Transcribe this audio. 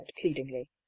pleadingly